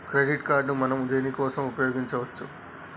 Credit card మనం దేనికోసం ఉపయోగించుకోవచ్చు?